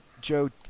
Joe